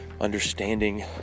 understanding